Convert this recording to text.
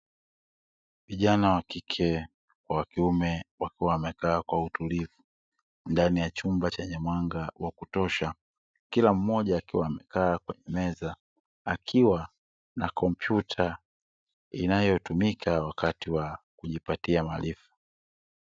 Vijana wa kike kwa wa kiume wakiwa wamekaa kwa utulivu ndani ya chumba chenye mwanga wa kutosha, kila mmoja akiwa amekaa kwenye meza akiwa na kompyuta inayotumika wakati wa kujipatia maarifa.